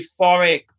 euphoric